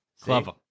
Clever